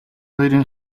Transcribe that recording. хоёрын